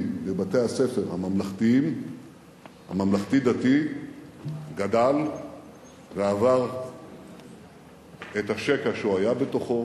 בבתי-הספר הממלכתיים והממלכתיים-דתיים גדל ועבר את השקע שהוא היה בתוכו,